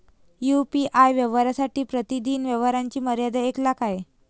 UPI व्यवहारांसाठी प्रतिदिन व्यवहारांची मर्यादा एक लाख आहे